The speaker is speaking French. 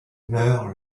meurt